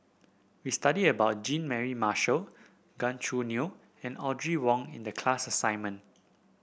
we studied about Jean Mary Marshall Gan Choo Neo and Audrey Wong in the class assignment